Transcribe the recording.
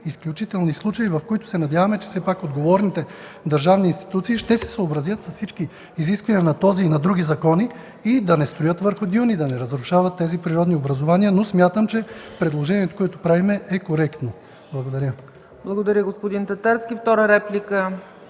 изключителни случаи, в които се надяваме, че все пак отговорните държавни институции ще се съобразят с всички изисквания на този и на други закони, и да не строят върху дюни, да не разрушават тези природни образувания. Смятам, че предложението, което правим, е коректно. Благодаря. ПРЕДСЕДАТЕЛ ЦЕЦКА ЦАЧЕВА: Благодаря, господин Татарски. Втора реплика?